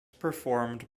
performed